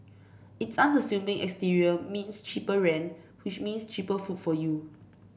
its unassuming exterior means cheaper rent which means cheaper food for you